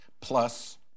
Plus